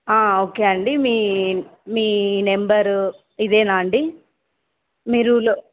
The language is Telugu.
ఓకే అండి మీ మీ నెంబరు ఇదేనా అండి మీరు లో